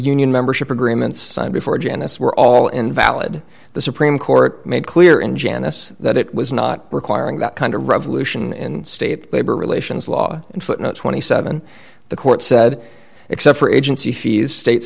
union membership agreements signed before janice were all invalid the supreme court made clear in janice that it was not requiring that kind of revolution in state labor relations law and footnote twenty seven dollars the court said except for agency fees states